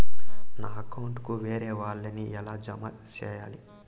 నా అకౌంట్ కు వేరే వాళ్ళ ని ఎలా జామ సేయాలి?